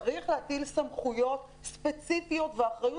צריך להטיל סמכויות ספציפיות ואחריות